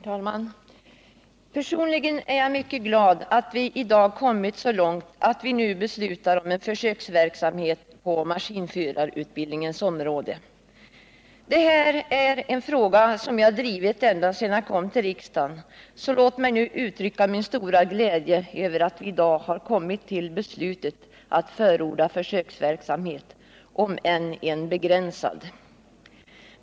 Herr talman! Personligen är jag mycket glad att vi i dag kommit så långt att vi nu beslutar om en försöksverksamhet på maskinförarutbildningens område. Det är en fråga som jag drivit ända sedan jag kom till riksdagen — så låt mig nu uttrycka min stora glädje över att vi i dag har kommit till beslutet att förorda en försöksverksamhet, om än begränsad.